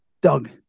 Doug